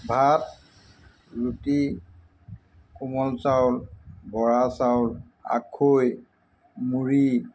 ভাত ৰুটি কোমল চাউল বৰা চাউল আখৈ মুড়ি